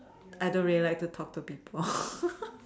I don't really like to talk to people